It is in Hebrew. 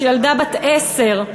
שילדה בת עשר,